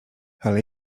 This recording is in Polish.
ale